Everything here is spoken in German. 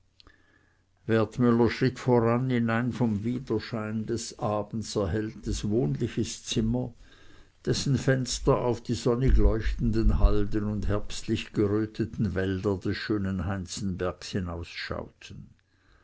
wertmüller schritt voran in ein vom widerschein des abends erhelltes wohnliches zimmer dessen fenster auf die sonnig leuchtenden halden und herbstlich geröteten wälder des schönen heinzenbergs